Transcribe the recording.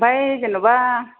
ओमफ्राय जेनेबा